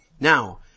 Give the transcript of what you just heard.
Now